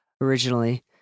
originally